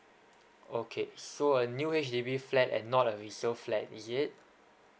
okay so a new H_D_B flat and not a resale flat is it